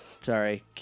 Sorry